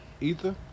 Ether